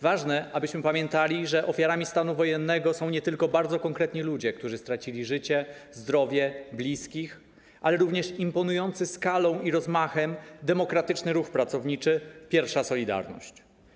Ważne, abyśmy pamiętali, że ofiarami stanu wojennego są nie tylko konkretni ludzi, którzy stracili życie, zdrowie czy bliskich, ale również imponujący skalą i rozmachem demokratyczny ruch pracowniczy: pierwsza „Solidarność”